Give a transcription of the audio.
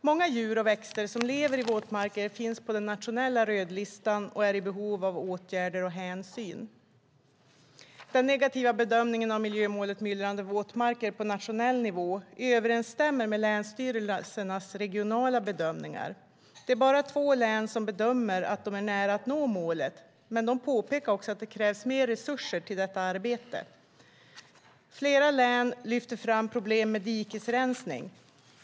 Många djur och växter som lever i våtmarker finns på den nationella rödlistan och är i behov av åtgärder och hänsyn. Den negativa bedömningen vad gäller miljömålet Myllrande våtmarker på nationell nivå överensstämmer med länsstyrelsernas regionala bedömningar. Det är bara två län som bedömer att de är nära att nå målet, men de påpekar att det krävs mer resurser för detta arbete. Flera län lyfter fram problem med dikesrensning.